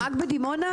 רק בדימונה?